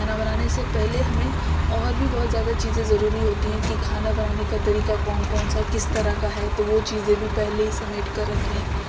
کھانا بنانے سے پہلے ہمیں اور بھی بہت زیادہ چیزیں ضروری ہوتی ہیں کہ کھانا بنانے کا طریقہ کون کون سا کس طرح کا ہے تو وہ چیزیں بھی پہلے سمیٹ کر رکھ لیں